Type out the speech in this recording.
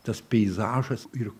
tas peizažas ir